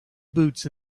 boots